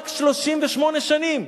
רק 38 שנים,